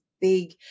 big